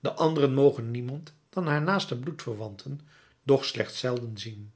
de anderen mogen niemand dan haar naaste bloedverwanten doch slechts zelden zien